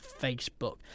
Facebook